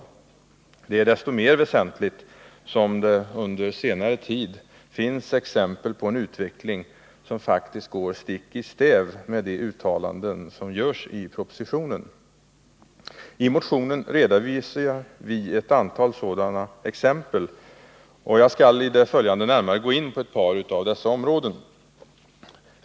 Detta är desto mer väsentligt som det under senare tid finns exempel på en utveckling som faktiskt går stick i stäv med de uttalanden som görs i propositionen. I motionen redovisar vi ett antal sådana exempel, och jag skall i det följande närmare gå in på ett par av dem.